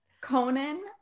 Conan